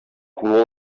color